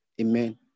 Amen